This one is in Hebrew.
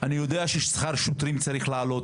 אני יודע ששכר השוטרים צריך לעלות,